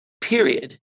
Period